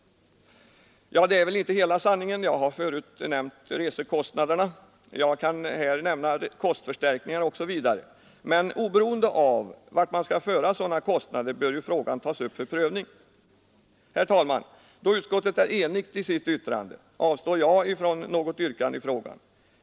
Det är väl inte hela sanningen — jag har tidigare nämnt resekostnaderna, och jag kan här också nämna kostförstärkningar o. d. Men oberoende av vart man skall föra sådana kostnader bör frågan tas upp till prövning. Herr talman! Då utskottet är enigt i sitt yttrande avstår jag från något yrkande i frågan.